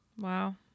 Wow